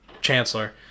chancellor